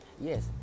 yes